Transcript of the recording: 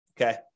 Okay